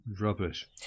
rubbish